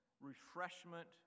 Refreshment